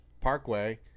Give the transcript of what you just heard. Parkway